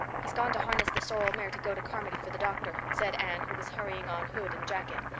he's gone to harness the sorrel mare to go to carmody for the doctor, said anne, who was hurrying on hood and jacket.